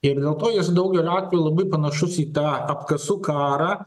ir dėl to jis daugeliu atvejų labai panašus į tą apkasų karą